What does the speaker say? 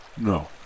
No